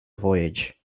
voyage